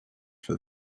for